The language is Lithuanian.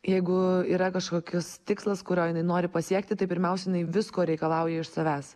jeigu yra kažkokius tikslas kurio jinai nori pasiekti tai pirmiausia jinai visko reikalauja iš savęs